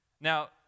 Now